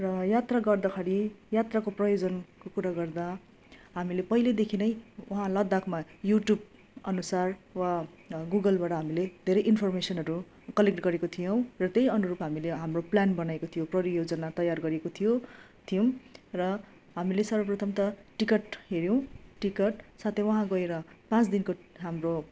र यात्रा गर्दाखेरि यात्राको प्रयोजनको कुरा गर्दा हामीले पहिलादेखि नै वहाँ लद्धाखमा यु ट्युब अनुसार वा गुगलबाट हामीले धेरै इन्फरमेसनहरू कलेक्ट गरेको थियौँ र त्यही अनुरूप हामीले हाम्रो प्लान बनाएको थियौँ परियोजना तयार गरिएको थियो थियौँ र हामीले सर्वप्रथम त टिकट हेऱ्यौँ टिकट साथै वहाँ गएर पाँच दिनको हाम्रो